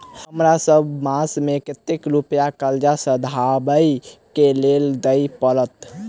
हमरा सब मास मे कतेक रुपया कर्जा सधाबई केँ लेल दइ पड़त?